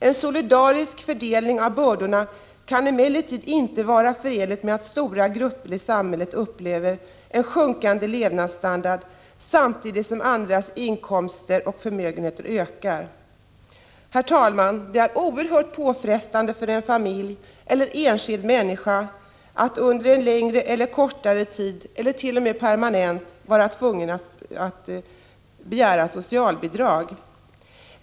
En solidarisk fördelning av bördorna kan emellertid inte vara förenlig med det faktum att stora grupper i samhället upplever en sjunkande levnadsstandard samtidigt som andras inkomster och förmögenheter ökar. Herr talman! Det är oerhört påfrestande för en familj eller en enskild människa att under en längre eller kortare tid eller t.o.m. permanent vara tvungen att begära socialbidrag.